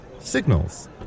signals